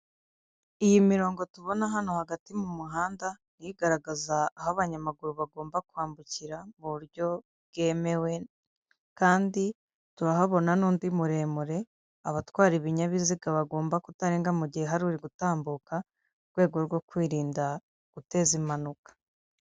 Iyi mirongo tubona hano hagati mu muhanda ni igaragaza aho abanyamaguru bagomba kwambukira mu buryo bwemewe kandi turahabona n'undi muremure abatwara ibinyabiziga bagomba kutarenga mu gihe hari uri gutambuka rwego rwo kwirinda guteza impanuka.